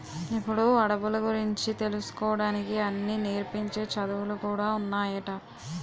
ఇప్పుడు అడవుల గురించి తెలుసుకోడానికి అన్నీ నేర్పించే చదువులు కూడా ఉన్నాయట